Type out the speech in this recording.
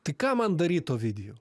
tai ką man daryt ovidijau